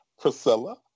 Priscilla